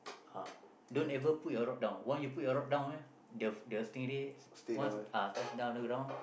uh don't ever put your rod down one you put your rod down eh they'll the stingrays once uh touch the ground